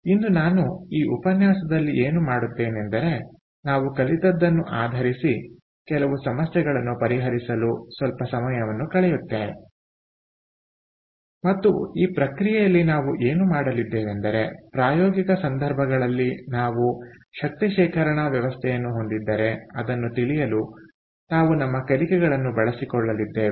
ಆದ್ದರಿಂದ ಇಂದು ನಾನು ಈ ಉಪನ್ಯಾಸದಲ್ಲಿ ಏನು ಮಾಡುತ್ತೇನೆಂದರೆ ನಾವು ಕಲಿತದ್ದನ್ನು ಆಧರಿಸಿ ಕೆಲವು ಸಮಸ್ಯೆಗಳನ್ನು ಪರಿಹರಿಸಲು ನಾವು ಸ್ವಲ್ಪ ಸಮಯವನ್ನು ಕಳೆಯುತ್ತೇವೆ ಮತ್ತು ಈ ಪ್ರಕ್ರಿಯೆಯಲ್ಲಿ ನಾವು ಏನು ಮಾಡಲಿದ್ದೇವೆಂದರೆ ಪ್ರಾಯೋಗಿಕ ಸಂದರ್ಭಗಳಲ್ಲಿ ನಾವು ಶಕ್ತಿ ಶೇಖರಣಾ ವ್ಯವಸ್ಥೆಯನ್ನು ಹೊಂದಿದ್ದರೆ ಅದನ್ನು ತಿಳಿಯಲು ನಾವು ನಮ್ಮ ಕಲಿಕೆಗಳನ್ನು ಬಳಸಿಕೊಳ್ಳಲಿದ್ದೇವೆ